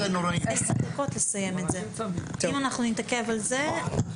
נכנסת לשיח הזה.